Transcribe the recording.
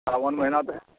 साओन महिना तऽ